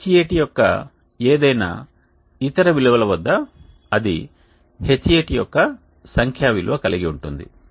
Hat యొక్క ఏదైనా ఇతర విలువల వద్ద అది Hat యొక్క సంఖ్యా విలువ కలిగి ఉంటుంది